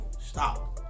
stop